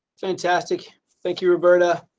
fantastic. thank you roberta.